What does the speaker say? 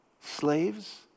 slaves